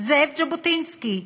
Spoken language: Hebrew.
זאב ז'בוטינסקי,